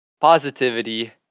positivity